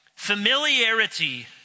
Familiarity